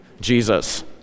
Jesus